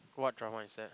what drama is that